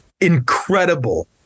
incredible